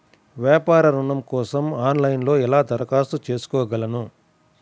వ్యాపార ఋణం కోసం ఆన్లైన్లో ఎలా దరఖాస్తు చేసుకోగలను?